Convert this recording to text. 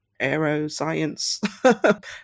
aeroscience